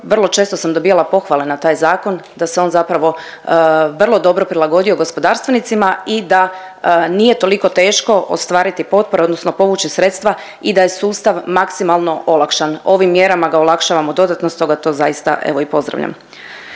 vrlo često sam dobivala pohvale na taj zakon, da se on zapravo vrlo dobro prilagodio gospodarstvenicima i da nije toliko teško ostvariti potpore odnosno povući sredstva i da je sustav maksimalno olakšan, ovim mjerama ga olakšavamo dodatno stoga to zaista, evo i pozdravljam.